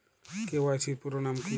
KYC এর পুরোনাম কী?